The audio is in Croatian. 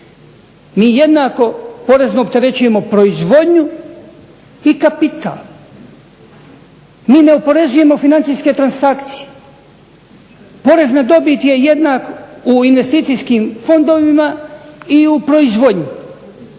Mi jednako porezno opterećujemo proizvodnju i kapital. Mi ne oporezujemo financijske transakcije. Porezna dobit je jednaka u investicijskim fondovima i u proizvodnji.